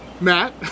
Matt